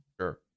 Sure